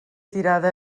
tirada